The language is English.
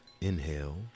Inhale